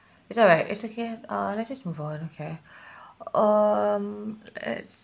it's alright it's okay uh let's just move on okay um let's